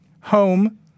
Home